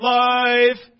life